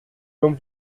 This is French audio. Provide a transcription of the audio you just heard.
comme